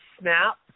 snap